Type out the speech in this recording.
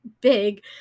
big